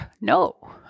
no